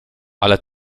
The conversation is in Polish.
ale